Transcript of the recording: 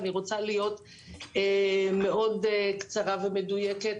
אני רוצה להיות מאוד קצרה ומדויקת.